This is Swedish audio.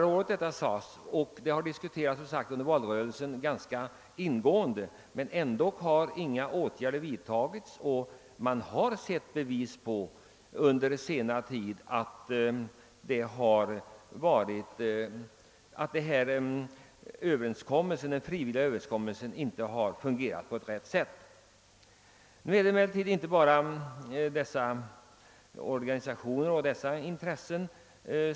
Men ännu har några åtgärder inte vidtagits, trots att det under senare tid förekommit fall där de frivilliga överenskommelserna inte fungerat på rätt sätt. Har trygghetsdebatten från valrörelsen glömts bort?